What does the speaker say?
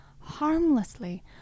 harmlessly